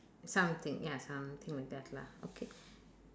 something ya something like that lah okay